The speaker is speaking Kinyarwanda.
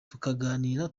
tukaganira